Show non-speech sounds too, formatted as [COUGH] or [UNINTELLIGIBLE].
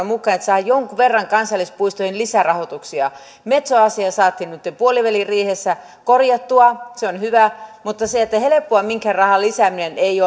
[UNINTELLIGIBLE] mukaan että saadaan jonkun verran kansallispuistoihin lisärahoituksia metso asia saatiin nytten puoliväliriihessä korjattua se on hyvä mutta helppoa minkään rahan lisääminen ei [UNINTELLIGIBLE]